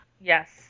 Yes